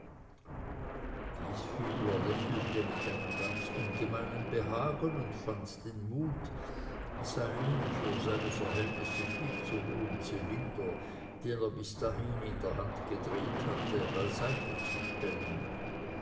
gieshübler lächelte mit einem ganz ungemeinen behagen und fand den mut seinen für seine verhältnisse viel zu hohen zylinder den er bis dahin in der hand gedreht hatte beiseite zu stellen